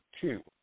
two